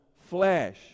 flesh